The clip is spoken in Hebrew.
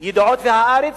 "ידיעות" ו"הארץ"?